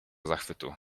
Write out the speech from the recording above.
zachwytu